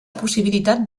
possibilitat